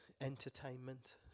entertainment